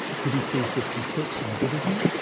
could he please give some talks on buddhism,